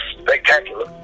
spectacular